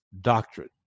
doctrine